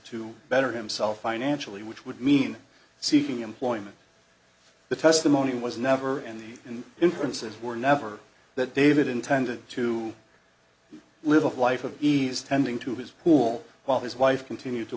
to better himself financially which would mean seeking employment the testimony was never in the inferences were never that david intended to live a life of ease tending to his pool while his wife continued to